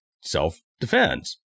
self-defense